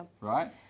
Right